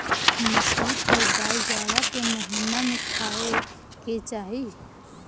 मसूर के दाल जाड़ा के महिना में खाए के चाही